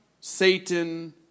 Satan